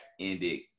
ended